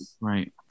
right